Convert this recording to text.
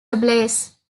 ablaze